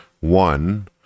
one